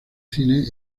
cine